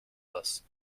this